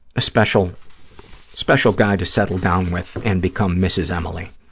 ah special special guy to settle down with and become mrs. emily,